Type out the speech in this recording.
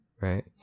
right